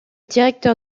directeur